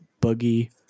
Buggy